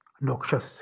noxious